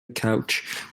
couch